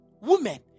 Women